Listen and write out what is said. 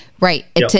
right